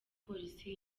polisi